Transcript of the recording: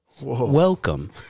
Welcome